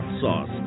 sauce